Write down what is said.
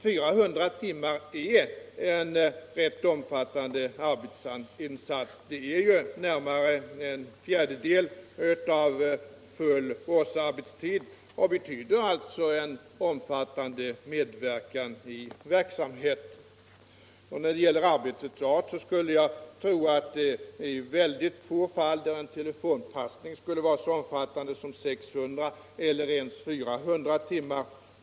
400 timmar är en rätt omfattande arbetsinsats. Det är närmare en fjärdedel av full årsarbetstid, och betyder alltså en omfattande medverkan i verksamheten. När det gäller arbetets art skulle jag tro att det är i mycket få fall som en telefonpassning är så omfattande som 600, eller ens 400, timmar.